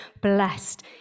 blessed